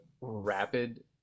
rapid